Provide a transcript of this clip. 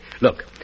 Look